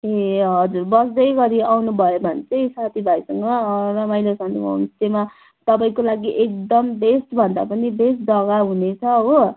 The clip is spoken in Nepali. ए हजुर बस्दै गरी आउनुभयो भने चाहिँ साथीभाइसँग रमाइलो गर्न होमस्टेमा तपाईँको लागि एकदम बेस्टभन्दा पनि बेस्ट जग्गा हुनेछ हो